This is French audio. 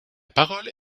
parole